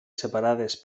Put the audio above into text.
separades